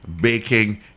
Baking